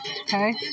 Okay